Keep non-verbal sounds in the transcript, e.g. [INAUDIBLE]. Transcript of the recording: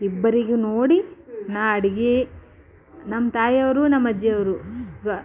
ಇಬ್ಬರಿಗೂ ನೋಡಿ ನಾ ಅಡ್ಗೆ ನಮ್ಮ ತಾಯಿಯವ್ರು ನಮ್ಮ ಅಜ್ಜಿಯವ್ರು [UNINTELLIGIBLE]